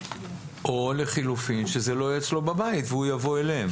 או לחילופין שזה לא יהיה אצלו בבית והוא יבוא אליהם.